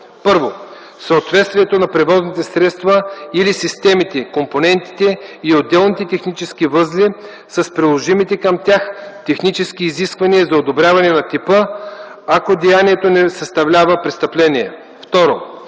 1. съответствието на превозните средства или системите, компонентите и отделните технически възли с приложимите към тях технически изисквания за одобряване на типа, ако деянието не съставлява престъпление; 2.